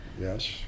Yes